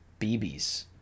BBs